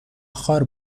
خوار